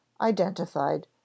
identified